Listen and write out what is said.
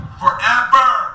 forever